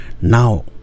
Now